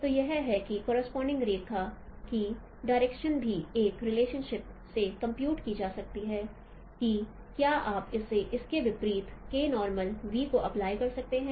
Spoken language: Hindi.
तो यह है कि करोसपोंडिंग रेखा की डायरेक्शन भी इस रिलेशनशिप से कंप्यूट की जा सकती है कि क्या आप इसके विपरीत K नॉर्मल v को अप्लाई कर सकते हैं